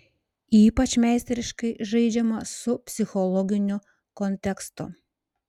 ypač meistriškai žaidžiama su psichologiniu kontekstu